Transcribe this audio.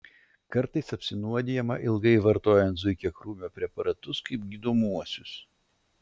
kartais apsinuodijama ilgai vartojant zuikiakrūmio preparatus kaip gydomuosius